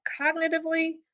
cognitively